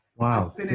Wow